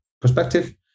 perspective